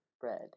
bread